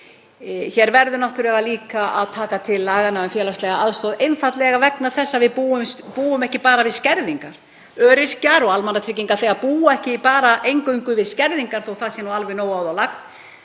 Hér verður náttúrlega líka að taka til laganna um félagslega aðstoð, einfaldlega vegna þess að við búum ekki bara við skerðingar. Öryrkjar og almannatryggingaþegar búa ekki eingöngu við skerðingar, þó að nóg sé á þá lagt